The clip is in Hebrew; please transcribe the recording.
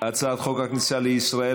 הצעת חוק הכניסה לישראל.